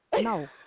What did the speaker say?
No